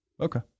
Okay